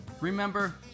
Remember